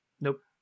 Nope